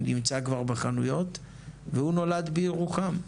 שנמצא כבר בחנויות והוא נולד בירוחם.